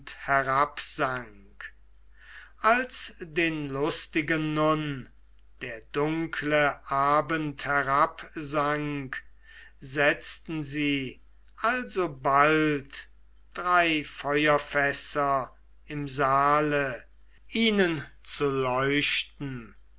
herabsank als den lustigen nun der dunkle abend herabsank setzten sie alsobald drei feuerfässer im saale ihnen zu leuchten